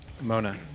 Mona